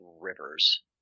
rivers